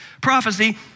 prophecy